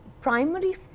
primary